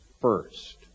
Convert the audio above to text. first